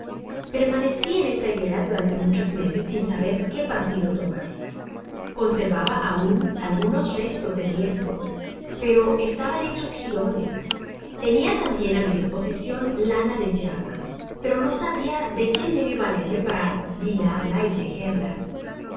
permaneci en esta idea durante muchos meses sin saber qué partido tomar conservaba aun algunos restos de lienzo pero estaban hechos girones tenia tambien á mi diposicioo lana de llama pero no sabia de qué medio valerme para hilarla y tejerla